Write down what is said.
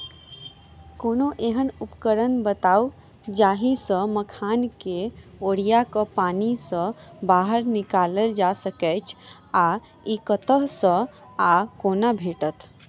कोनों एहन उपकरण बताऊ जाहि सऽ मखान केँ ओरिया कऽ पानि सऽ बाहर निकालल जा सकैच्छ आ इ कतह सऽ आ कोना भेटत?